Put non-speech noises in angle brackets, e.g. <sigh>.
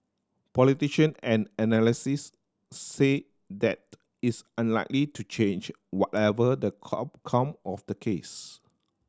politician and analysis say that is unlikely to change whatever the <unintelligible> come of the case